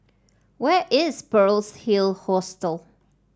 where is Pearl's Hill Hostel